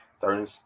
certain